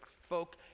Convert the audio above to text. Folk